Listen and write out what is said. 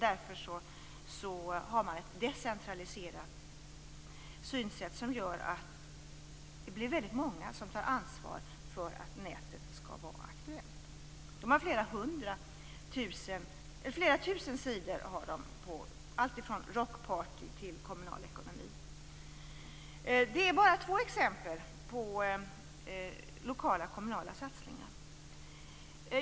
Därför har man ett decentraliserat synsätt som gör att det blir väldigt många som tar ansvar för att informationen på nätet skall vara aktuell. Man har flera tusen sidor, alltifrån rockparty till kommunal ekonomi. Det är bara två exempel på lokala kommunala satsningar.